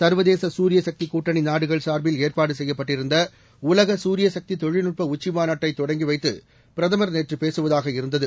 சர்வதேச சூரியசக்தி கூட்டணி நாடுகள் சார்பில் ஏற்பாடு செய்யப்பட்டிருந்த உலக சூரிய சக்தி தொழில்நுட்ப உச்சிமாநாட்டை தொடங்கி வைத்து பிரதமர் நேற்று பேசுவதாக இருந்தது